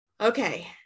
Okay